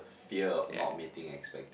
fear of not meeting expect